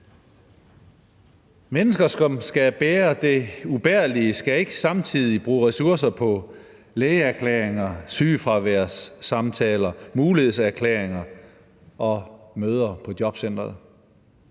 Mennesker, som skal bære det ubærlige, skal ikke samtidig bruge ressourcer på lægeerklæringer, sygefraværssamtaler, mulighedserklæringer og møder på jobcenteret,